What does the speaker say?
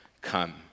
come